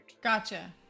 Gotcha